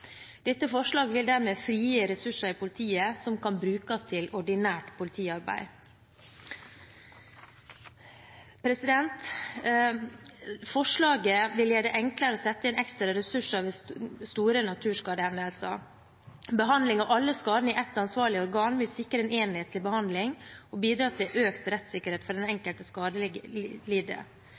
Dette forslaget vil dermed frigi ressurser i politiet som kan brukes på ordinært politiarbeid. Forslaget vil gjøre det enklere å sette inn ekstra ressurser ved store naturskadehendelser. Behandling av alle sakene i ett ansvarlig organ vil sikre en enhetlig behandling og bidra til økt rettssikkerhet for den enkelte